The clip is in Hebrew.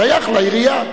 שייך לעירייה.